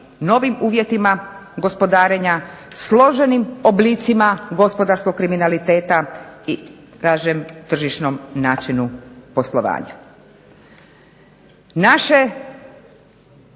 novim uvjetima gospodarenja, složenim oblicima gospodarskog kriminaliteta i kažem tržišnom načinu poslovanja.